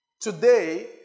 Today